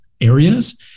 areas